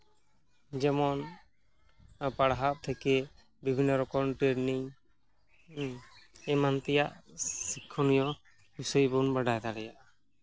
ᱡᱮᱢᱚᱱ ᱯᱟᱲᱦᱟᱜ ᱛᱷᱮᱠᱮ ᱵᱤᱵᱷᱤᱱᱱᱚ ᱨᱚᱠᱚᱢ ᱴᱨᱮᱱᱤᱝ ᱮᱢᱟᱱ ᱛᱮᱭᱟᱜ ᱥᱤᱠᱷᱱᱤᱭᱚ ᱵᱤᱥᱚᱭ ᱵᱚᱱ ᱵᱟᱰᱟᱭ ᱫᱟᱲᱮᱭᱟᱜᱼᱟ